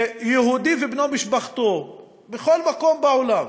שיהודי ובני משפחתו בכל מקום בעולם,